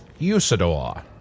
Usador